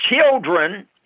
Children